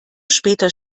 später